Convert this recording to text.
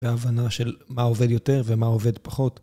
בהבנה של מה עובד יותר ומה עובד פחות.